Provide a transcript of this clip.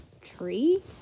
tree